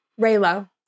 Raylo